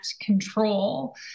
control